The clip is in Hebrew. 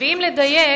ואם לדייק,